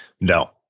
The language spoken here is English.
No